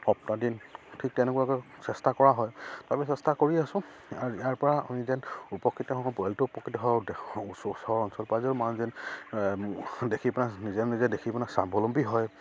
সপ্তাহ দিন ঠিক তেনেকুৱাকৈ চেষ্টা কৰা হয় তাৰপিছত চেষ্টা কৰি আছোঁ আৰু ইয়াৰ পৰা আমি নিজে উপকৃত হওক ব্ৰইলাৰটো উপকৃত হওঁ ওচৰৰ অঞ্চল পাজৰৰ মানুহে যেন দেখি পেলাই নিজে নিজে দেখি পেলাই স্বাৱলম্বী হয়